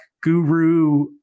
guru